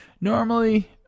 normally